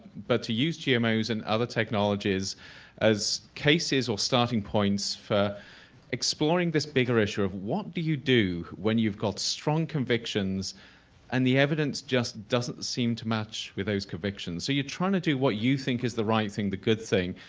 but to use gmos and other technologies as cases or starting points for exploring this bigger issue of what do you do when you've got strong convictions and the evidence just doesn't seem to match with those convictions. so you are trying to do what you think is the right thing, the good thing,